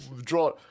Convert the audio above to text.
draw